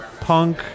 punk